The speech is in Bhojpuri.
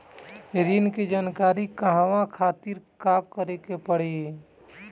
ऋण की जानकारी के कहवा खातिर का करे के पड़ी?